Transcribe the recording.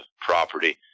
property